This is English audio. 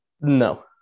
No